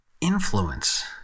influence